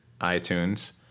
iTunes